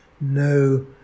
no